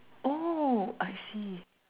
oh I see